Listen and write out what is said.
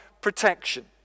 protection